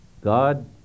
God